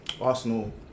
Arsenal